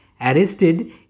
arrested